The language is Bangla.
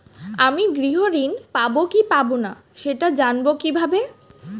আমি গৃহ ঋণ পাবো কি পাবো না সেটা জানবো কিভাবে?